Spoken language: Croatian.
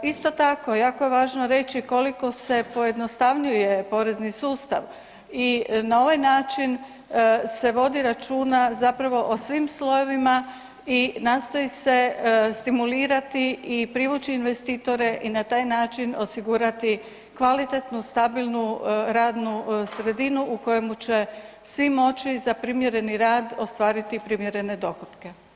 Isto tako jako je važno reći koliko se pojednostavljuje porezni sustav i na ovaj način se vodi računa o svim slojevima i nastoji se stimulirati i privući investitore i na taj način osigurati kvalitetnu, stabilnu radnu sredinu u kojemu će svi moći za primjereni rad ostvariti primjerene dohotke.